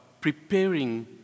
preparing